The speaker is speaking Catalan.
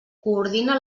coordina